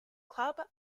club